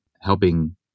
helping